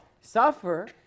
suffer